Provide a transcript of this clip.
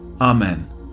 Amen